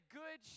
good